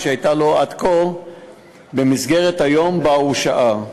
שהייתה לו עד כה במסגרת היום שבה הוא שהה.